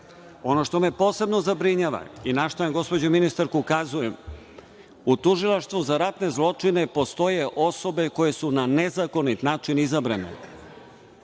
što me posebno zabrinjava i na šta, gospođo ministarka, ukazujem, u Tužilaštvu za ratne zločine postoje osobe koje su na nezakonit način izabrane.